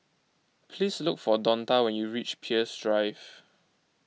please look for Donta when you reach Peirce Drive